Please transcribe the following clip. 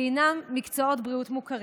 שהם מקצועות בריאות מוכרים.